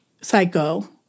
Psycho